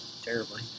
terribly